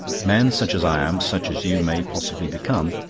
men such as i am, such as you may possibly become,